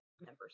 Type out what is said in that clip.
members